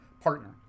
partner